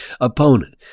opponent